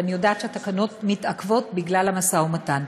ואני יודעת שהתקנות מתעכבות בגלל המשא-ומתן.